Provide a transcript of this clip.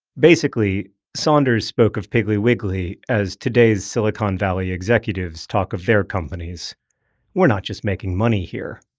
basically, saunders spoke of piggly wiggly as today's silicon valley executives talk of their companies we're not just making money here.